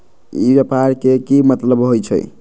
ई व्यापार के की मतलब होई छई?